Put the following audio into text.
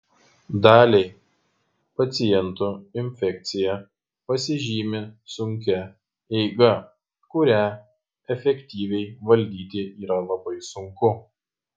daliai pacientų infekcija pasižymi sunkia eiga kurią efektyviai valdyti yra labai sunku